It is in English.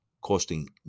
costing